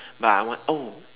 but I want oh